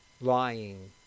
lying